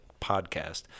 podcast